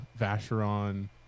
vacheron